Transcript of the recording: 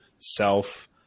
self